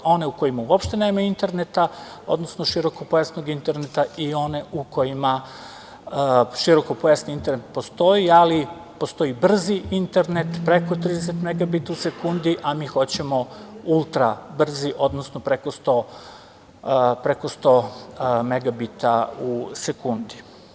One u kojima uopšte nema interneta, odnosno širokopojasnog interneta i one u kojima širokopojasni internet postoji, ali postoji brzi internet, preko 30 MB u sekundi, a mi hoćemo ultra brzi, odnosno preko 100 MB u sekundi.